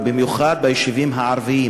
ובמיוחד ביישובים הערביים,